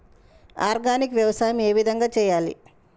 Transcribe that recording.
Organic వ్యవసాయం ఏ విధంగా చేయాలి?